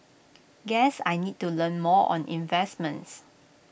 guess I need to learn more on investments